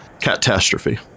Catastrophe